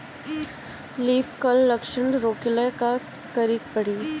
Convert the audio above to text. Leaf curl लक्षण रोकेला का करे के परी?